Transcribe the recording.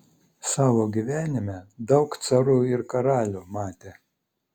savo gyvenime daug carų ir karalių matė